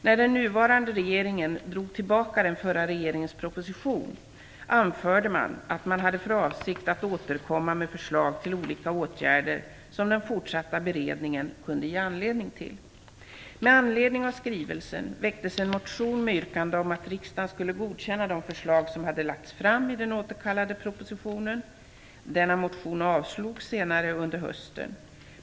När den nuvarande regeringen drog tillbaka den förra regeringens proposition anförde man att man hade för avsikt att återkomma med förslag till olika åtgärder som den fortsatta beredningen kunde ge anledning till. Med anledning av skrivelsen väcktes en motion med yrkande om att riksdagen skulle godkänna de förslag som hade lagts fram i den återkallade propositionen. Denna motion avslogs senare under hösten.